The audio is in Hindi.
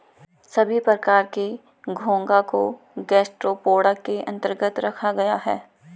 सभी प्रकार के घोंघा को गैस्ट्रोपोडा के अन्तर्गत रखा गया है